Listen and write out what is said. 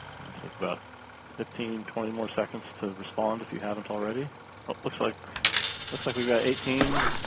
take about fifteen twenty more seconds to respond if you haven't already. it looks like looks like we've got eighteen,